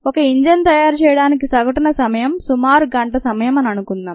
ఒక ఇంజిన్ తయారు చేయడానికి సగటున సమయం సుమారు గంట సమయం అని మనం అనుకుందాం